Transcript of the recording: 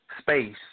space